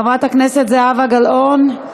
חברת הכנסת זהבה גלאון,